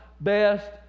best